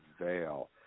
Veil